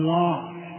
lost